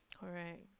alright